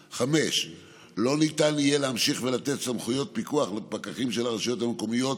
5. לא ניתן יהיה להמשיך ולתת סמכויות פיקוח לפקחים של הרשויות המקומיות